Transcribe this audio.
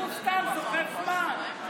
הוא סתם סוחב זמן.